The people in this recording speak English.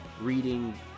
reading